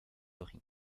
ring